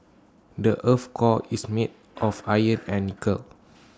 the Earth's core is made of iron and nickel